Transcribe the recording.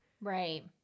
Right